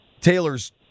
Taylor's